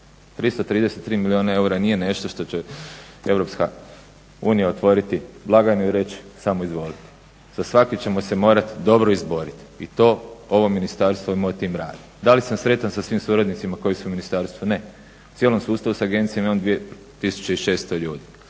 333 milijuna eura nije nešto što će EU otvoriti blagajnu i reći samo izvolite. Za svaki ćemo se morat dobro izborit i to ovo ministarstvo i moj tim radi. Da li sam sretan sa svim suradnicima koji su u ministarstvu? Ne u cijelom sustavu sa agencijom imam 2600 ljudi.